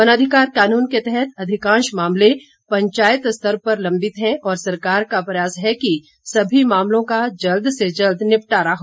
वनाधिकार कानून के तहत अधिकांश मामले पंचायत स्तर पर लंबित हैं और सरकार का प्रयास है कि सभी मामलों का जल्द से जल्द निपटारा हो